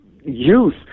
youth